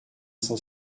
cent